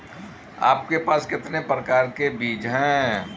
आपके पास कितने प्रकार के बीज हैं?